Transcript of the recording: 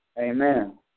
Amen